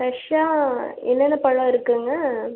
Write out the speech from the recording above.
ஃப்ரெஷ்ஷாக என்னென்ன பழம் இருக்குங்க